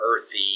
earthy